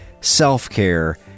self-care